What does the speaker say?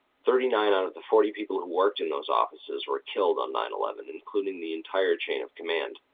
thirty nine out of the forty people who worked in those offices were killed on nine eleven, including the entire chain of command.